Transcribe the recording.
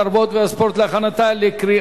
התרבות והספורט נתקבלה.